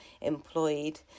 employed